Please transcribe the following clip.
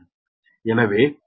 எனவே வர்க்கமூலம் 7